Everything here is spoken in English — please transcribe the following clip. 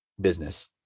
business